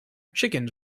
chickens